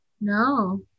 No